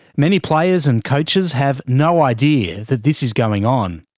many players and coaches have no idea that this is going on.